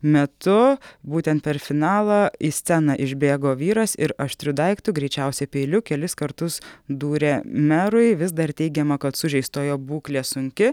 metu būtent per finalą į sceną išbėgo vyras ir aštriu daiktu greičiausiai peiliu kelis kartus dūrė merui vis dar teigiama kad sužeistojo būklė sunki